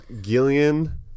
Gillian